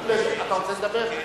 אתה רוצה לדבר?